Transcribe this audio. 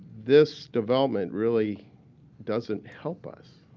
this development really doesn't help us.